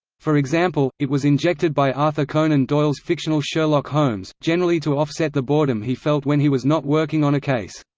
for example, it was injected by arthur conan doyle's fictional sherlock holmes, generally to offset the boredom he felt when he was not working on a case.